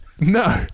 no